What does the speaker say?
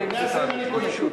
100 מספיק.